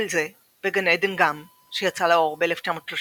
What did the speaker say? "כל זה וגן עדן גם" שיצא לאור ב-1938